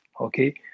Okay